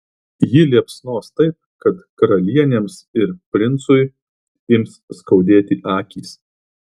ji liepsnos taip kad karalienėms ir princui ims skaudėti akys